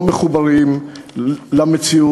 לא מחוברים למציאות,